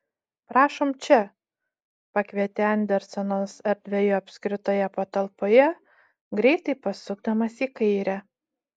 prašom čia pakvietė andersonas erdvioje apskritoje patalpoje greitai pasukdamas į kairę